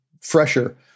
fresher